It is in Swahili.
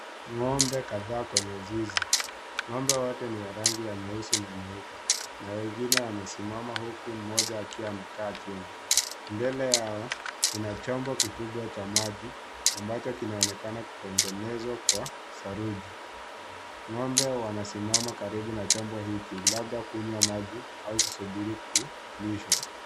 Ng'ombe kadhaa kwenye zizi. Ng'ombe wote ni wa rangi ya nyeusi na nyeupe na wengine wamesimama huku mmoja akiwa amekaa chini. Mbele yao kuna chombo kikubwa cha maji ambacho kinaonekana kutengenezwa kwa saruji. Ng'ombe wanasimama karibu na chombo hiki labda kunywa maji au kusubiri kulishwa.